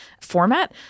format